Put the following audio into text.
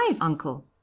uncle